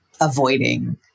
avoiding